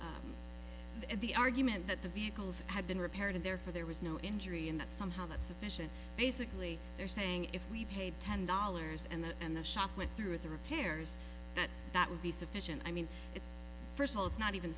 at the argument that the vehicles had been repaired and therefore there was no injury and that somehow that sufficient basically they're saying if we paid ten dollars and the and the shoplift through the repairs that that would be sufficient i mean it's first whole it's not even